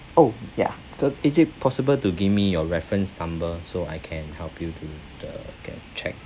oh ya is it possible to give me your reference number so I can help you to the get checked